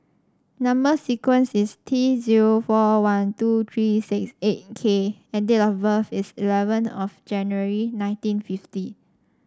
number sequence is T zero four one two three six eight K and date of birth is eleven of January nineteen fifty